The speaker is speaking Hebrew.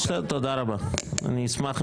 אגב,